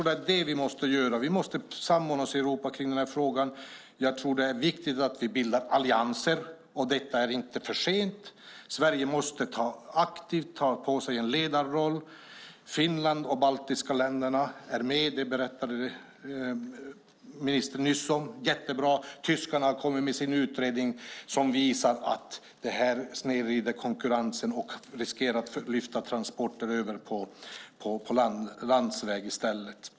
Det är det vi måste göra. Vi måste samordna oss i Europa i den här frågan. Det är viktigt att vi bildar allianser, och detta är inte för sent. Sverige måste aktivt ta på sig en ledarroll. Finland och de baltiska länderna är med, det berättade ministern nyss - jättebra. Tyskarna har kommit med sin utredning som visar att det här snedvrider konkurrensen och riskerar att transporterna förs över på landsväg i stället.